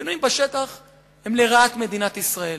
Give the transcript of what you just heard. השינויים בשטח הם לרעת מדינת ישראל,